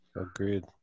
Agreed